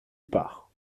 part